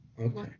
Okay